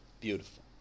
Beautiful